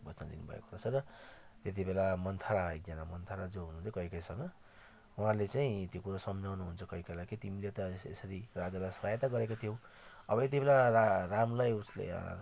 वचन दिनुभएको रहेछ र त्यतिबेला मन्थरा एकजाना मन्थरा जो हुनुहुन्थ्यो कैकेयीसँग उहाँले चाहिँ त्यो कुरो सम्झाउनु हुन्छ कैकेयीलाई कि तिमीले त यस् यसरी राजालाई सहायता गरेको थियौ अब यतिबेला रा रामलाई उसले